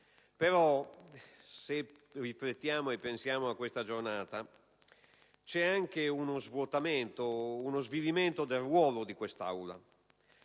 se riflettiamo e pensiamo a questa giornata, c'è anche uno svuotamento, uno svilimento del ruolo di quest'Aula.